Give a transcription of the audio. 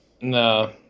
No